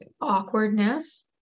awkwardness